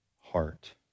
heart